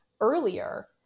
earlier